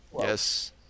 Yes